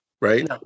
right